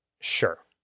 Sure